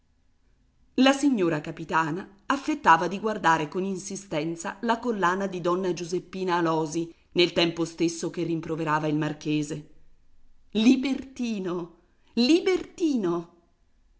la signora capitana affettava di guardare con insistenza la collana di donna giuseppina alòsi nel tempo stesso che rimproverava il marchese libertino libertino